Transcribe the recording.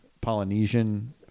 Polynesian